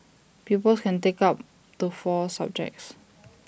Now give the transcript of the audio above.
pupils can take up to four subjects